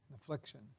affliction